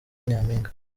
nyampinga